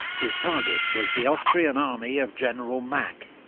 his target was the austrian army of general mack,